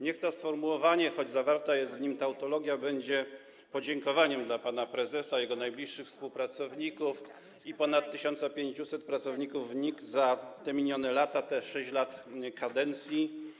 Niech to sformułowanie, choć zawarta jest w nim tautologia, będzie podziękowaniem dla pana prezesa, jego najbliższych współpracowników i ponad 1500 pracowników NIK za minione lata, za 6 lat kadencji.